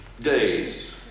days